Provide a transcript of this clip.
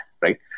right